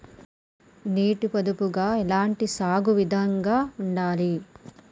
నీటి పొదుపుగా ఎలాంటి సాగు విధంగా ఉండాలి?